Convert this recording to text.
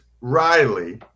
Riley